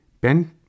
Ben